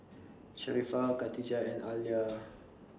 Sharifah Khatijah and Alya